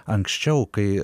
anksčiau kai